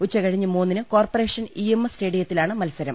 ഉച്ചകഴിഞ്ഞ് മൂന്നിന് corporation EMS സ്റ്റേഡി യത്തിലാണ് മത്സരം